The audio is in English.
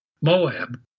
Moab